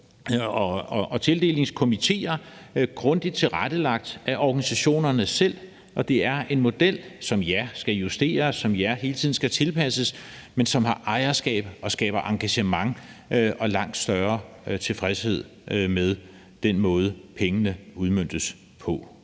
og tildelingskomitéer grundigt tilrettelagt af organisationerne selv, og det er en model som, ja, skal justeres, som, ja, hele tiden skal tilpasses, men som har ejerskab og skaber engagement og langt større tilfredshed med den måde, pengene udmøntes på.